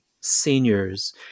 seniors